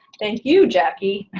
thank you, jackie,